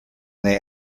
they